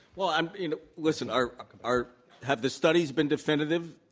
well, i mean, listen, our our have the studies been definitive?